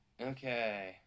Okay